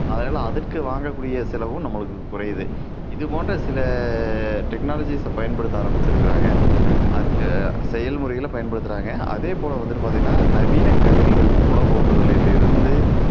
அதனால அதுக்கு வாங்கக்கூடிய செலவும் நம்மளுக்கு குறையுது இது போன்ற சில டெக்னாலஜிஸை பயன்படுத்த ஆரமித்திருக்குறாங்க அ செயல் முறைகளை பயன்படுத்துகிறாங்க அதேபோல் வந்துட்டு பார்த்தீங்கனா நவீன கருவிகள் உழவு ஓட்டுதலிலிருந்து